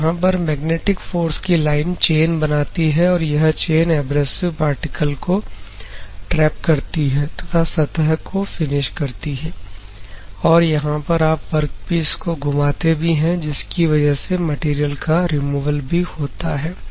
तो यहां पर मैग्नेटिक फोर्स की लाइन चेन बनाती है और यह चैन एब्रेसिव पार्टिकल को ट्रैप करती है तथा सतह को फिनिश करती है और यहां पर आप वर्कपीस को घुमाते भी हैं जिसकी वजह से मटेरियल का रिमूवल भी होता है